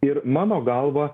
ir mano galva